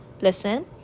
listen